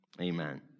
Amen